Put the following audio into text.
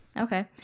Okay